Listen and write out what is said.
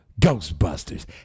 Ghostbusters